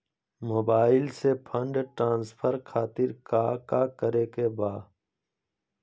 Mobile से fund transfer खातिर काका करे के बा?